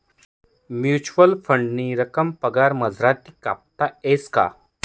Mutual फंडनी रक्कम पगार मझारतीन कापता येस का?